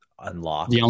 unlock